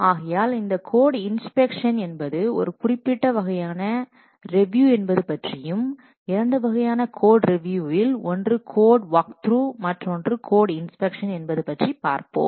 ஆகையால் இந்த code inspection என்பது ஒரு குறிப்பிட்ட வகையான ரிவியூ என்பது பற்றியும் இரண்டுவகையான கோட்ரிவியூகளில் ஒன்று கோட் வாக்த்ரூ மற்றொன்று கோட் இன்ஸ்பெக்ஷன் என்பது பற்றி பார்ப்போம்